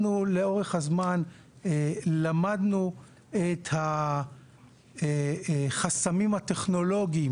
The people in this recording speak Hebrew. אנחנו לאורך הזמן למדנו את החסמים הטכנולוגיים